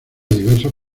diversos